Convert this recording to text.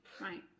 Right